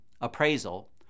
appraisal